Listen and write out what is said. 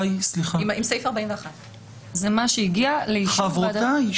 זה מה שהגיע לאישור ועדת השרים לחקיקה.